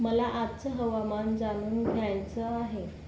मला आजचं हवामान जाणून घ्यायचं आहे